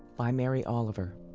by mary oliver